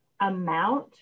amount